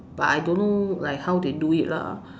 but I don't know like how they do it lah